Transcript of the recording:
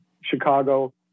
Chicago